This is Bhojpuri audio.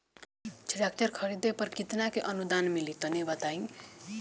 ट्रैक्टर खरीदे पर कितना के अनुदान मिली तनि बताई?